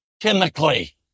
chemically